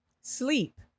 Sleep